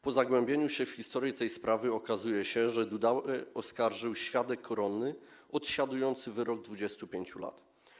Po zagłębieniu się w historię tej sprawy okazuje się, że Dudałę oskarżył świadek koronny odsiadujący wyrok 25 lat.